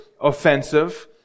offensive